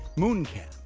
moonkam,